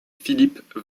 philippe